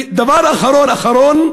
דבר אחרון-אחרון,